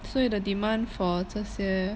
所以 the demand for 这些